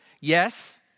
Yes